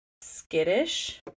skittish